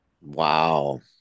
Wow